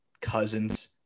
Cousins